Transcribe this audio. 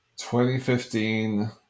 2015